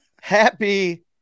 happy